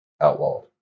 outlawed